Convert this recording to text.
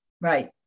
Right